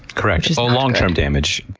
correct. well, long term damage.